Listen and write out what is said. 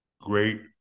great